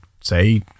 say